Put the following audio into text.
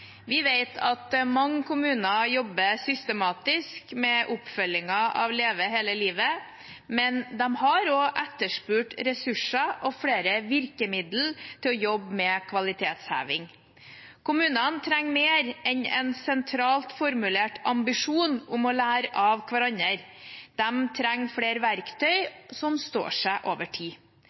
Vi vet at mange kommuner jobber systematisk med oppfølgingen av Leve hele livet, men de har også etterspurt ressurser og flere virkemidler til å jobbe med kvalitetsheving. Kommunene trenger mer enn en sentralt formulert ambisjon om å lære av hverandre. De trenger flere verktøy som står seg over tid.